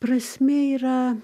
prasmė yra